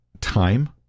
time